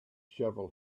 shovel